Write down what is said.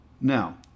Now